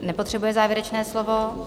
Nepotřebuje závěrečné slovo.